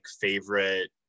favorite